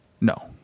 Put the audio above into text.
No